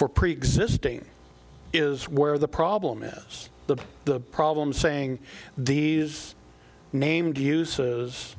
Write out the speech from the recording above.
for preexisting is where the problem is the the problem saying these named uses